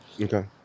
okay